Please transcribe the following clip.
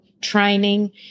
training